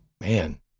Man